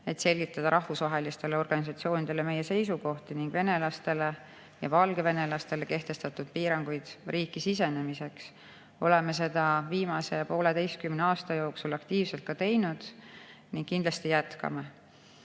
et selgitada rahvusvahelistele organisatsioonidele meie seisukohti ning venelastele ja valgevenelastele kehtestatud piiranguid riiki sisenemiseks. Oleme seda viimase 1,5 aasta jooksul aktiivselt teinud ning kindlasti jätkame.